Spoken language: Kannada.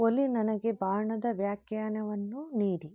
ಒಲಿ ನನಗೆ ಬಾಣದ ವ್ಯಾಖ್ಯಾನವನ್ನು ನೀಡಿ